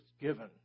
given